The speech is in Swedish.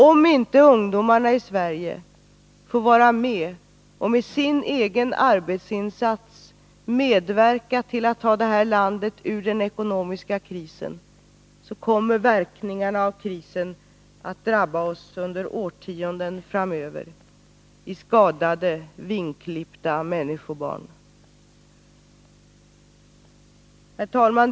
Om inte ungdomarna i Sverige får vara med och med sin egen arbetsinsats medverka till att ta det här landet ur den ekonomiska krisen, så kommer verkningarna av krisen att drabba oss under årtionden framöver genom skadade, vingklippta människobarn. Herr talman!